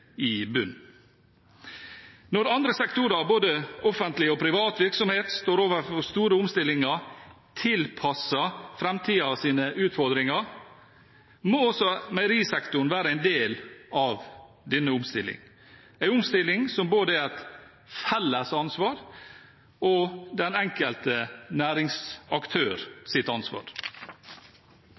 i bunnen. Når andre sektorer, både offentlig og privat virksomhet, står overfor store omstillinger tilpasset framtidens utfordringer, må også meierisektoren være en del av denne omstillingen, en omstilling som både er et felles ansvar og den enkelte næringsaktørs ansvar.